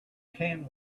can